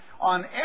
On